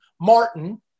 Martin